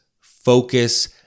focus